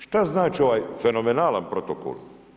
Šta znači ovaj fenomenalan Protokol?